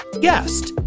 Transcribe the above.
guest